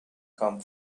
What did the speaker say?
come